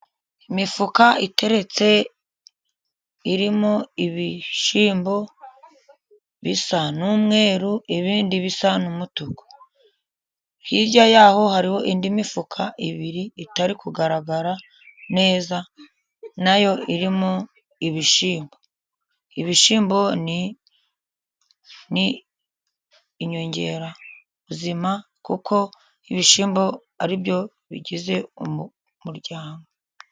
Imifuka iteretse irimo ibishyimbo bisa n'umweru, ibindi bisa n'umutuku, hirya y'aho hariho indi mifuka ibiri itari kugaragara neza, na yo irimo ibishyimbo. Ibishyimbo ni inyongerabuzima kuko ibishyimbo ari byo bigize umuryango.